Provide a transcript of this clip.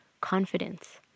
confidence